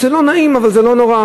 זה לא נעים אבל זה לא נורא.